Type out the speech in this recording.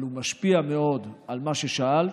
אבל זה משפיע מאוד על מה ששאלת,